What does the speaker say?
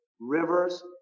rivers